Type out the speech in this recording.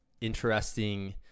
interesting